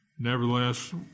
Nevertheless